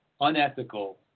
unethical